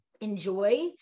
enjoy